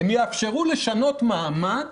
תאפשר לשנות מעמד